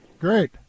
great